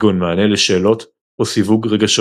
כגון מענה לשאלות או סיווג רגשות.